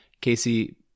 Casey